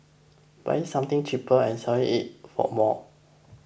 buying something cheaper and selling it for more